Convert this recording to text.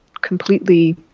completely